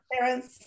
parents